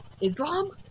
Islam